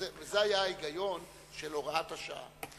זה היה ההיגיון של הוראת השעה.